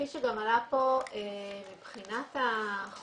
כפי שגם עלה פה מבחינת החוק,